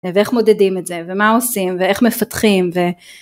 ואיך מודדים את זה ומה עושים ואיך מפתחים